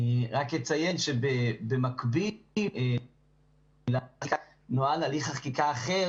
אני רק אציין שבמקביל --- נוהל הליך חקיקה אחר